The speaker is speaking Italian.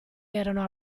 erano